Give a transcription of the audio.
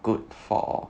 good for